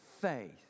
faith